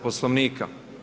Poslovnika.